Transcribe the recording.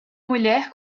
mulher